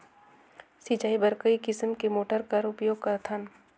सिंचाई बर कई किसम के मोटर कर उपयोग करथन?